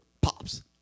Pops